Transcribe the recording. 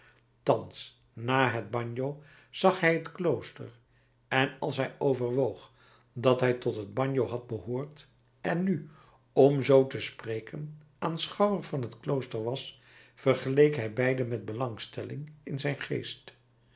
thans na het bagno zag hij het klooster en als hij overwoog dat hij tot het bagno had behoord en nu om zoo te spreken aanschouwer van het klooster was vergeleek hij beide met belangstelling in zijn geest